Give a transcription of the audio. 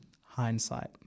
hindsight